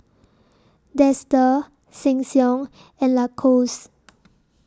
Dester Sheng Siong and Lacoste